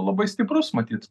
labai stiprus matyt